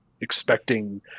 expecting